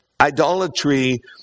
idolatry